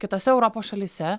kitose europos šalyse